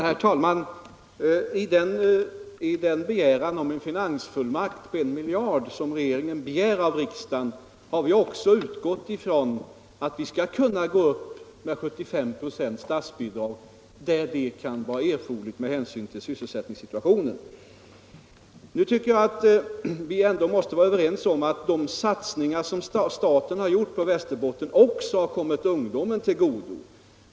Herr talman! När regeringen begärt en finansiell fullmakt på 1 miljard kronor av riksdagen har vi också utgått från att vi skall kunna bevilja statsbidrag med 75 96, där det kan vara erforderligt med hänsyn till sysselsättningssituationen. Nu tycker jag att vi ändå måste vara överens om att de satsningar som staten har gjort i Västerbotten också har kommit ungdomen till godo.